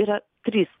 yra trys